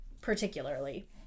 particularly